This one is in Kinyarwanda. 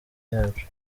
yacu